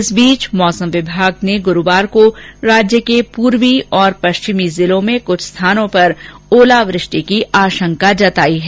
इस बीच मौसम विभाग ने गुरुवार को राज्य के पूर्वी और पश्चिमी जिलों में ओलावृष्टि की आशंका जताई है